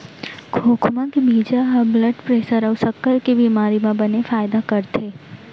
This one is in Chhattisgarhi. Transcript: खोखमा के बीजा ह ब्लड प्रेसर अउ सक्कर के बेमारी म बने फायदा करथे